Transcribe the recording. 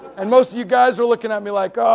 and most of you guys are looking at me like, oh,